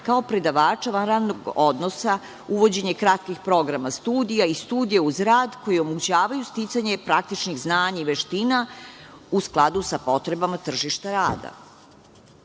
kao predavača van radnog odnosa, uvođenje kratkih programa studija i studija uz rad koji omogućavaju sticanje praktičnih znanja i veština u skladu sa potrebama tržišta